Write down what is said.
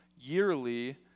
yearly